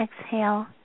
exhale